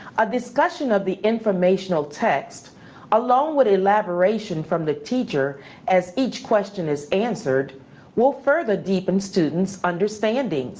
a discussion of the informational text along with elaboration from the teacher as each question is answered will further deepen students' understandings